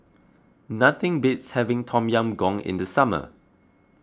nothing beats having Tom Yam Goong in the summer